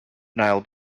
nile